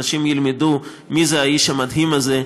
אנשים ילמדו מי זה האיש המדהים הזה,